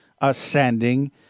ascending